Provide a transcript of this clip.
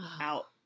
out